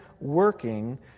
working